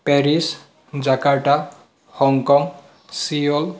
Paris Jakarta Hong Kong Seoul